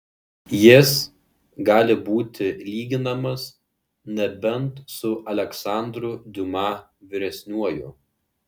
jis gali būti lyginamas nebent su aleksandru diuma vyresniuoju